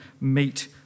meet